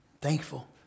Thankful